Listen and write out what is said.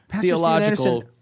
theological